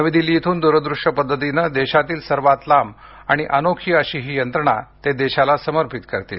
नवी दिल्ली इथून दूरदृश्य पद्धतीने देशातील सर्वात लांब आणि अनोखी अशी ही यंत्रणा ते देशाला समर्पित करतील